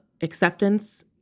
acceptance